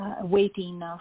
waiting